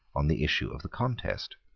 on the issue of the contest.